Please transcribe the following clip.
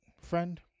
friend